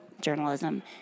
Journalism